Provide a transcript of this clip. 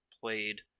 played